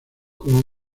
como